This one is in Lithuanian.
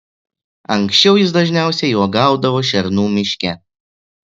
anksčiau jis dažniausiai uogaudavo šernų miške